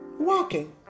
walking